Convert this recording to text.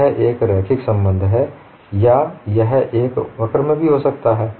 यह एक रैखिक संबंध है या यह एक वक्र में भी हो सकता है